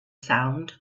sound